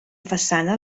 façana